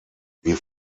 wir